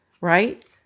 right